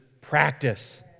practice